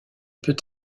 peut